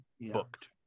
booked